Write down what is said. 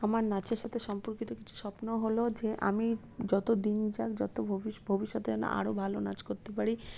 আমার নাচের সাথে সম্পর্কিত কিছু স্বপ্ন হল যে আমি যত দিন যাক যত ভবিষ্যতে যেন আরও ভালো নাচ করতে পারি